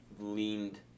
leaned